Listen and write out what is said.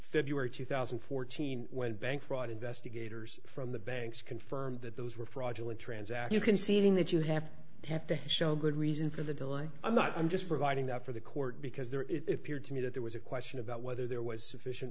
february two thousand and fourteen when bank fraud investigators from the banks confirmed that those were fraudulent transact you can see adding that you have to have to show good reason for the delay i'm not i'm just providing that for the court because there is a peer to me that there was a question about whether there was sufficient